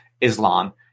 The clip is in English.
Islam